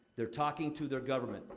they're talking to their government.